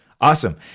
Awesome